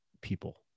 people